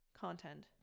content